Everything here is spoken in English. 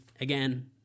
again